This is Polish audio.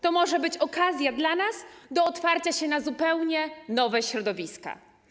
To może być okazja dla nas do otwarcia się na zupełnie nowe środowiska.